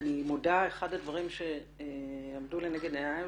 אני מודה שאחד הדברים שעמדו לנגד עיניי